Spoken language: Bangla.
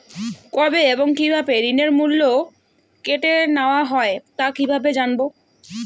কবে এবং কিভাবে ঋণের মূল্য কেটে নেওয়া হয় তা কিভাবে জানবো?